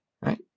Right